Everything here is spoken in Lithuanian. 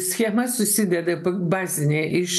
schema susideda bazinė iš